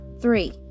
three